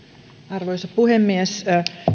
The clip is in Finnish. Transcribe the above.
arvoisa puhemies